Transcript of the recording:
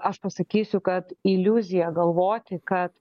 aš pasakysiu kad iliuzija galvoti kad